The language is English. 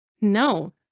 No